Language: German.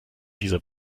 dieser